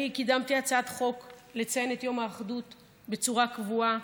אני קידמתי הצעת חוק לציין את יום האחדות בצורה קבועה,